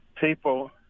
people